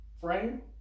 frame